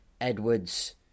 Edwards